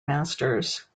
masters